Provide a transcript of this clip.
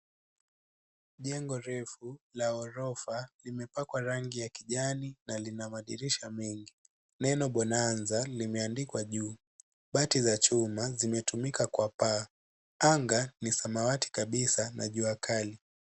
Jengo refu la ghorofa limepakwa rangi ya kijani na lina madirisha mengi. Neno Bonanza limeandikwa juu. Bati za chuma zimetumika kwa paa. Anga ni samawati kabisa na jua kali.